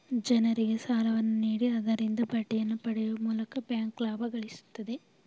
ಜನರಿಗೆ ಸಾಲವನ್ನು ನೀಡಿ ಆದರಿಂದ ಬಡ್ಡಿಯನ್ನು ಪಡೆಯುವ ಮೂಲಕ ಬ್ಯಾಂಕ್ ಲಾಭ ಗಳಿಸುತ್ತದೆ